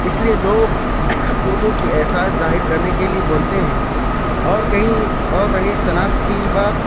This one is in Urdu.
اِس لیے لوگ اُردو کی احساس ظاہر کرنے کے لیے بولتے ہیں اور کہیں اور رہی شناخت کی بات